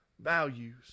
values